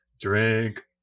Drink